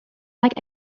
like